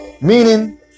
Meaning